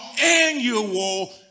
annual